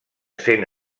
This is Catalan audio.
sent